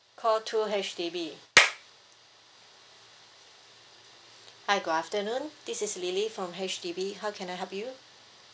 call two H_D_B hi good afternoon this is lily from H_D_B how can I help you